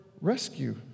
rescue